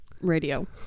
radio